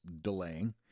delaying